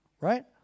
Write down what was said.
Right